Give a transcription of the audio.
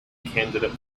candidate